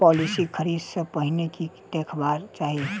Policy खरीदै सँ पहिने की देखबाक चाहि?